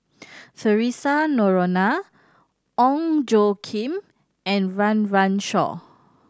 Theresa Noronha Ong Tjoe Kim and Run Run Shaw